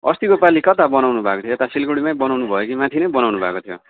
अस्तिको पालि कता बनाउनु भएको थियो यता सिलगढीमै बनाउनु भयो कि माथि नै बनाउनु भएको थियो